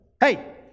Hey